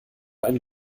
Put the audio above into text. einen